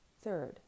Third